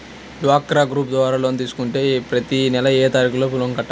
డ్వాక్రా గ్రూప్ ద్వారా లోన్ తీసుకుంటే ప్రతి నెల ఏ తారీకు లోపు లోన్ కట్టాలి?